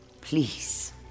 Please